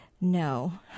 No